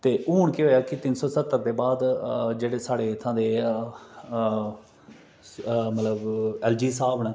ते हून केह् होआ कि तिन सौ सत्तर दे बाद जेहड़े साढ़े इत्थूं दे मतलब एल जी साहब न